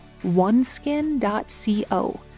oneskin.co